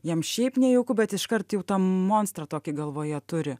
jam šiaip nejauku bet iškart jau tą monstrą tokį galvoje turi